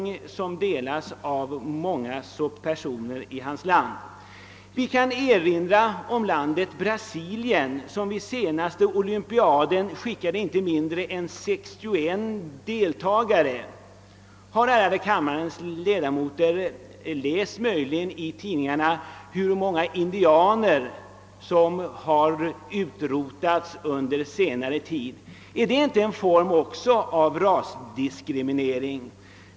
Vi kan erinra oss Brasilien, som till den senaste olympiaden skickade inte mindre än 61 deltagare. Har kammarens ärade ledamöter möjligen läst i tidningarna om hur många indianer som har utrotats i Brasilien under senare tid? Är inte det också en form av rasdiskriminering?